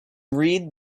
read